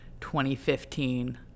2015